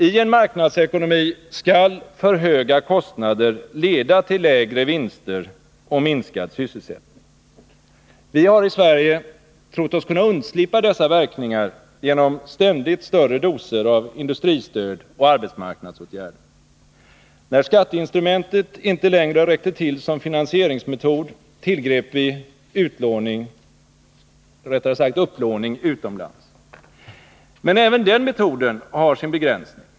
I en marknadsekonomi skall för höga kostnader leda till lägre vinster och minskad sysselsättning. Vi har i Sverige trott oss kunna undslippa dessa verkningar genom ständigt större doser av industristöd och arbetsmarknadsåtgärder. När skatteinstrumentet inte längre räckte till som finansieringsmetod, tillgrep vi upplåning utomlands. Men även den metoden har sin begränsning.